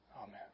Amen